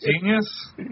genius